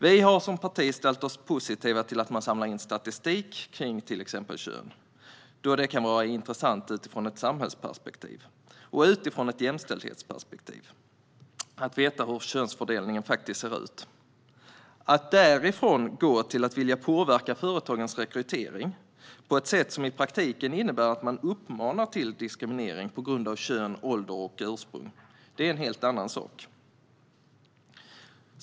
Vi har som parti ställt oss positiva till att man samlar in statistik om till exempel kön, då det kan vara intressant utifrån ett samhällsperspektiv och utifrån ett jämställdhetsperspektiv att veta hur könsfördelningen faktiskt ser ut. Att därifrån gå till att vilja påverka företagens rekrytering på ett sätt som i praktiken innebär att man uppmanar till diskriminering på grund av kön, ålder och ursprung är en helt annan sak.